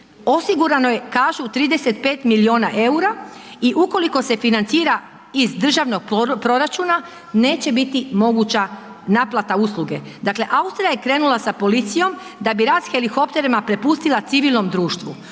Osigurano je kažu 35 milijuna eura i ukoliko se financira iz državnog proračuna neće biti moguća naplata usluge. Dakle Austrija je krenula sa policijom da bi rad s helikopterima prepustila civilnom društvu.